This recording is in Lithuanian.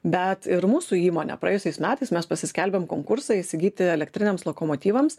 bet ir mūsų įmonė praėjusiais metais mes pasiskelbėm konkursą įsigyti elektriniams lokomotyvams